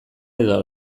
edo